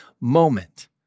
moment